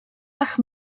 bach